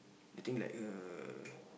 I think like uh